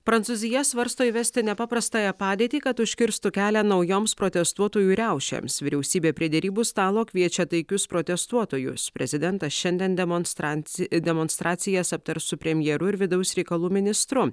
prancūzija svarsto įvesti nepaprastąją padėtį kad užkirstų kelią naujoms protestuotojų riaušėms vyriausybė prie derybų stalo kviečia taikius protestuotojus prezidentas šiandien demonstranc demonstracijas aptars su premjeru ir vidaus reikalų ministru